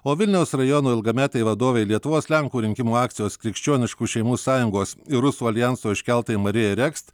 o vilniaus rajono ilgametė vadovė lietuvos lenkų rinkimų akcijos krikščioniškų šeimų sąjungos ir rusų aljanso iškeltai marijai rekst